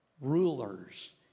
rulers